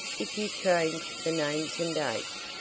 if you change the names and dates,